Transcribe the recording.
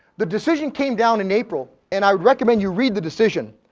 the decision came down in april and i recommend you read the decision,